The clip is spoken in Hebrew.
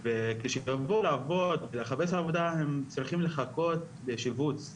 וכשיבוא לעבוד ולחפש עבודה הם צריכים לחכות לשיבוץ,